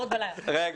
אנחנו